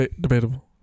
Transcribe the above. Debatable